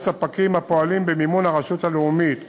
ספקים הפועלים במימון הרשות הלאומית